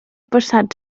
passat